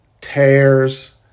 tears